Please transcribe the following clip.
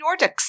Nordics